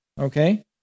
Okay